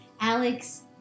Alex